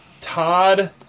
Todd